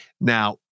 Now